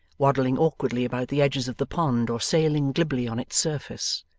waddling awkwardly about the edges of the pond or sailing glibly on its surface.